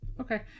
okay